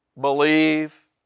believe